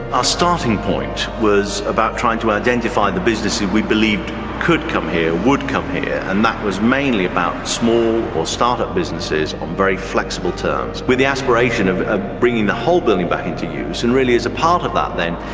our starting point was about trying to identify and the business we believed could come here, would come here, and that was mainly about small or start-up businesses on very flexible terms with the aspiration of ah bringing the whole building back into use, and really as a part of that then,